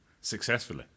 Successfully